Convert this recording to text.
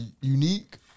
unique